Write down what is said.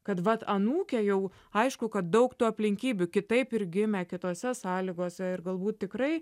kad vat anūkė jau aišku kad daug tų aplinkybių kitaip ir gimė kitose sąlygose ir galbūt tikrai